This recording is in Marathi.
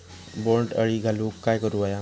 बोंड अळी घालवूक काय करू व्हया?